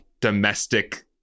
domestic